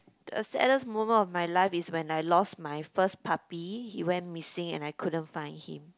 the saddest moment of my life is when I lost my first puppy he went missing and I couldn't find him